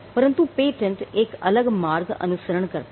परंतु पेटेंट एक अलग मार्ग का अनुसरण करता है